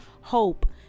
hope